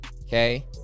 okay